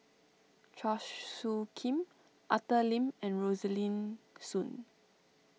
Chua Soo Khim Arthur Lim and Rosaline Soon